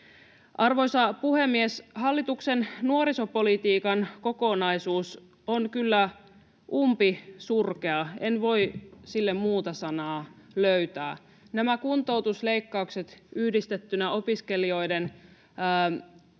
Arvoisa puhemies! Hallituksen nuorisopolitiikan kokonaisuus on kyllä umpisurkea, en voi sille muuta sanaa löytää. Nämä kuntoutusleikkaukset yhdistettynä opiskelijoiden